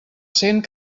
cent